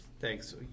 thanks